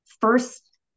first